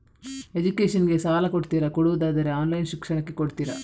Education ಗೆ ಸಾಲ ಕೊಡ್ತೀರಾ, ಕೊಡುವುದಾದರೆ ಆನ್ಲೈನ್ ಶಿಕ್ಷಣಕ್ಕೆ ಕೊಡ್ತೀರಾ?